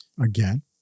again